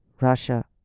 Russia